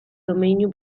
domeinu